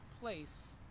place